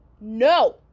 no